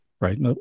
right